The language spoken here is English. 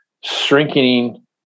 Shrinking